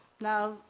Now